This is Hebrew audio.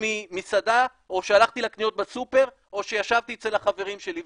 ממסעדה או כשהלכתי לקניות בסופר או כשישבתי אצל החברים שלי.